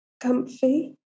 Comfy